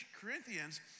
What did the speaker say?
Corinthians